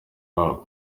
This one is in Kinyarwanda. wabo